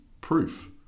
proof